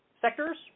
sectors